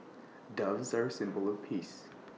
doves are A symbol of peace